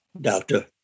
doctor